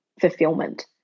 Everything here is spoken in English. fulfillment